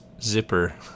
zipper